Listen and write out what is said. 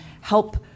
help